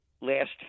last